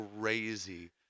Crazy